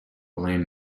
blame